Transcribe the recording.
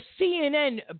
CNN